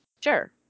Sure